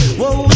whoa